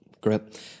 Great